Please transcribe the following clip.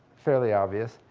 fairly obvious.